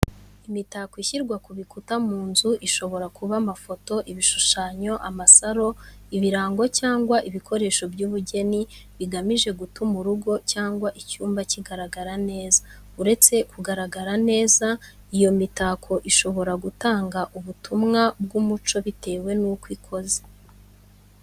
Imitako ishyirwa ku bikuta mu nzu, ishobora kuba amafoto, ibishushanyo, amasaro, ibirango, cyangwa ibikoresho by'ubugeni bigamije gutuma urugo cyangwa icyumba kigaragara neza. Uretse kugaragara neza, iyo mitako ishobora no gutanga ubutumwa bw'umuco bitewe nuko ikoze.